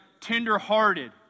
tender-hearted